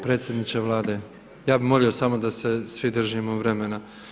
Predsjedniče Vlade ja bih molio samo da se svi držimo vremena.